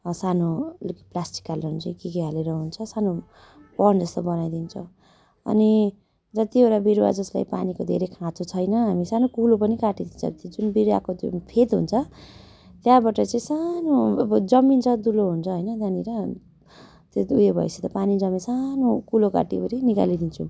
सानो अलिक प्लास्टिक हालेर हुन्छ के के हालेर हुन्छ सानो पोन्ड जस्तो बनाइदिन्छौँ अनि जतिवटा बिरुवा जसलाई पानीको धेरै खाँचो छैन हामी सानो कुलो पनि काटिदिन्छ त्यो जुन बिरुवाको त्यो फेद हुन्छ त्यहाँबाट चाहिँ सानो अब जमिन्छ दुलो हुन्छ होइन त्यहाँनिर त्यो उयो भयोपछि त पानी जमी सानो कुलो काटिवरि निकालिदिन्छौँ